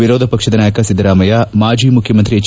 ವಿರೋಧ ಪಕ್ಷದ ನಾಯಕ ಸಿದ್ದರಾಮಯ್ಯ ಮಾಜಿ ಮುಖ್ಯಮಂತ್ರಿ ಎಚ್